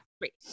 Great